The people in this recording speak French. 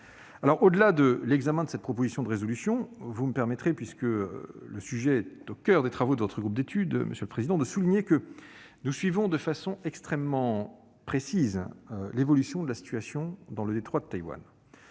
Au-delà de l'examen de cette proposition de résolution, vous me permettrez, puisque le sujet est au coeur des travaux de votre groupe d'études, monsieur le président Richard, de souligner que nous suivons de façon extrêmement précise l'évolution de la situation dans le détroit de Taïwan.